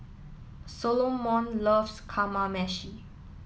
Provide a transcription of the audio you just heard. Solomon loves Kamameshi